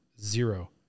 zero